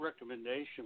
recommendation